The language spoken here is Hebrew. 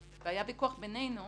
ויכוח בינינו